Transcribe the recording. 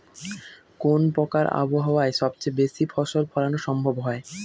কোন প্রকার আবহাওয়ায় সবচেয়ে বেশি ফসল ফলানো সম্ভব হয়?